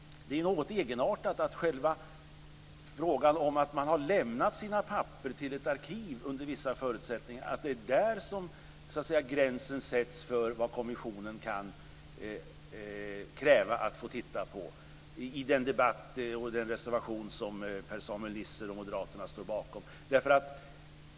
Det är något egenartat att själva faktumet att man har lämnat sina papper till ett arkiv under vissa förutsättningar gör att det är där gränsen sätts för vad kommissionen kan kräva att få titta på. Det sägs i debatten och i den reservation som Per-Samuel Nisser och moderaterna står bakom.